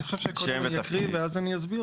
אני חושב שקודם כל אני אקריא ואז אני אסביר.